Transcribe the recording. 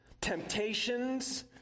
temptations